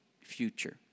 future